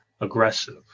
aggressive